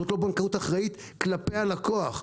זה לא בנקאות אחראית כלפי הלקוח.